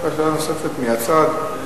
שאלה נוספת מהצד.